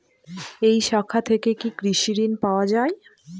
এই শাখা থেকে কি কৃষি ঋণ পাওয়া যায়?